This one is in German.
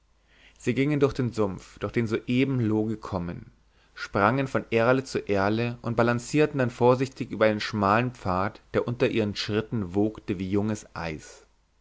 sie gingen durch den sumpf durch den soeben loo gekommen sprangen von erle zu erle und balancierten dann vorsichtig über einen schmalen pfad der unter ihren schritten wogte wie junges eis